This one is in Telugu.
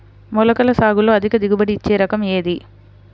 మొలకల సాగులో అధిక దిగుబడి ఇచ్చే రకం ఏది?